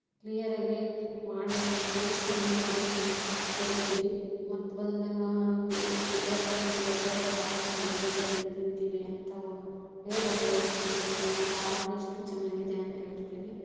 ಕ್ಲಿಯರಾಗೇ ಮಾಡೇ ಇಲ್ಲ ಟೇಸ್ಟೇ ಇಲ್ಲ ಅಂತೀವಿ ಜರಿತೀವಿ ಮತ್ತು ಬಂದಾಗ ಹೋಟಲ್ಗೆ ಹೋದಾಗ ಬಹಳ ಚೆನ್ನಾಗಿದೆ ಬಿಡ್ರಿ ತಿಂತೀವಿ ಅಂತ ಬೇರೆ ಹೋಟ್ಲಿಗೆ ಹೋಗಿ ತಿಂದು ಬಂದ್ಮೇಲೆ ಆ ಟೇಸ್ಟು ಚೆನ್ನಾಗಿದೆ ಅಂತ ಹೇಳ್ತೀವಿ